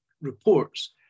reports